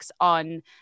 on